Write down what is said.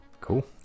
Cool